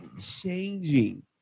changing